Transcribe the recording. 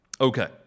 Okay